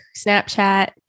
Snapchat